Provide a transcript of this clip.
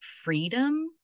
freedom